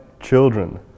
children